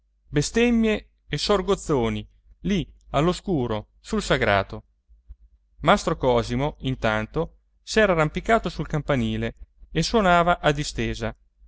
bestemmie e sorgozzoni lì all'oscuro sul sagrato mastro cosimo intanto s'era arrampicato sul campanile e suonava a distesa